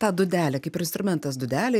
tą dūdelę kaip ir instrumentas dūdelė